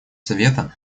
совета